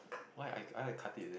why I I like to cut it isn't